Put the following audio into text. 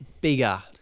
bigger